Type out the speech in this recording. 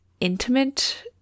intimate